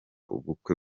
ubukwe